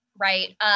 Right